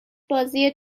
بازی